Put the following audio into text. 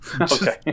Okay